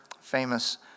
famous